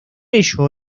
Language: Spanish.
ello